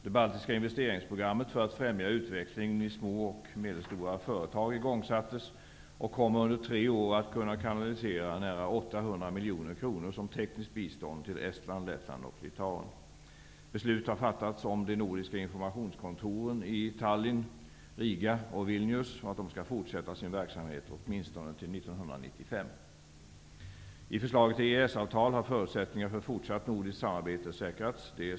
Det baltiska investeringsprogrammet för att främja utvecklingen i små och medelstora företag igångsattes och kommer under tre år att kunna kanalisera nära 800 miljoner kronor som tekniskt bistånd till Estland, Lettland och Litauen. Beslut har fattats om att de nordiska informationskontoren i Tallinn, Riga och Vilnius skall fortsätta sin verksamhet åtminstone till 1995. I förslaget till EES-avtal har förutsättningarna för fortsatt nordiskt samarbete säkrats.